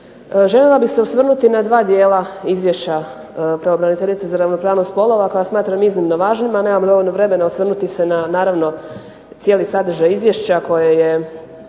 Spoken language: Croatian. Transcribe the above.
Željela bih se osvrnuti na dva dijela izvješća pravobraniteljice za ravnopravnost spolova koja smatram iznimno važnima. Nemam dovoljno vremena osvrnuti se na cijeli sadržaj izvješća koje je